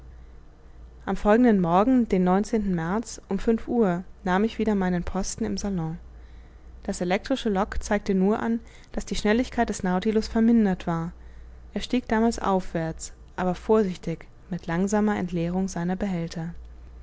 am folgenden morgen den märz um fünf uhr nahm ich wieder meinen posten im salon das elektrische log zeigte nur an daß die schnelligkeit des nautilus vermindert war er stieg damals aufwärts aber vorsichtig mit langsamer entleerung seiner behälter